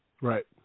Right